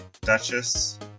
Duchess